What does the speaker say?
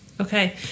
Okay